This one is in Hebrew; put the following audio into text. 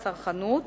לצרכנות